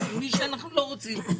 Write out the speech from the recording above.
הגיוני שאנחנו לא רוצים,